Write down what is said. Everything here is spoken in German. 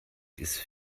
ist